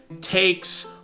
takes